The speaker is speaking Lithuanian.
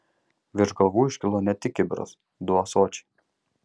virš galvų iškilo ne tik kibiras du ąsočiai